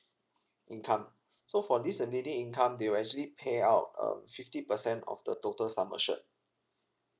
income so for this uh daily income they will actually pay out um fifty percent of the total sum assured